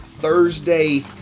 Thursday